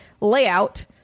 layout